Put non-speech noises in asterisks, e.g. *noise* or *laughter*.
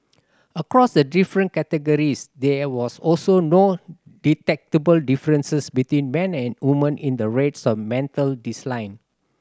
across the different categories there was also no detectable differences between men and women in the rates of mental *unintelligible* line